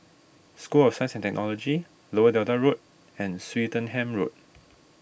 School of Science and Technology Lower Delta Road and Swettenham Road